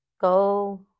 go